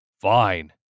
fine